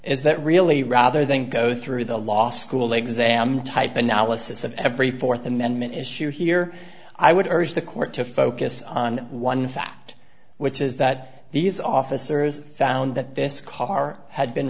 is that really rather than go through the law school exam type analysis of every fourth amendment issue here i would urge the court to focus on one fact which is that these officers found that this car had been